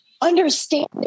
Understanding